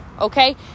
okay